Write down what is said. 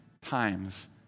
times